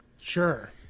sure